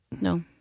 No